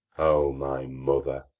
o my mother,